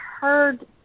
heard